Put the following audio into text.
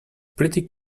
pretty